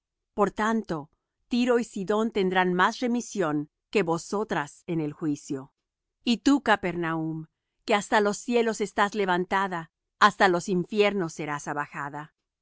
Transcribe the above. por tanto tiro y sidón tendrán más remisión que vosotras en el juicio y tú capernaum que hasta los cielos estás levantada hasta los infiernos serás abajada